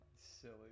Silly